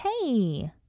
Hey